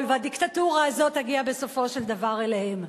והדיקטטורה הזאת תגיע בסופו של דבר אליהם.